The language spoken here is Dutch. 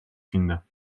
vinden